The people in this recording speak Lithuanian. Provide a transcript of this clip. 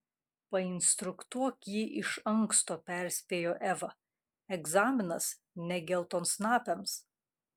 painstruktuok jį iš anksto perspėjo eva egzaminas ne geltonsnapiams